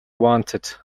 wanted